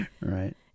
Right